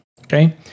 okay